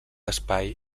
espai